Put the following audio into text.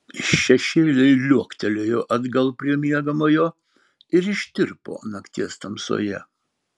šešėliai liuoktelėjo atgal prie miegamojo ir ištirpo nakties tamsoje